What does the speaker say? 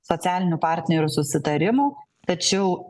socialinių partnerių susitarimo tačiau